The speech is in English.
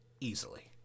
easily